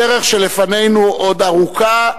הדרך שלפנינו עוד ארוכה,